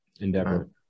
endeavor